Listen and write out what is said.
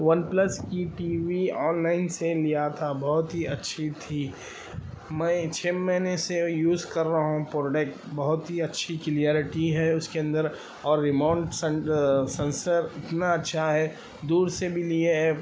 one plus E TV online سے لیا تھا بہت ہی اچھی تھی میں چھ مہینے سے یوز کر رہا ہوں پروڈکٹ بہت ہی اچھی کلیئرٹی ہے اس کے اندر اور ریمون سینسر اتنا اچھا ہے دور سے بھی لیے ایپ